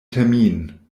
termin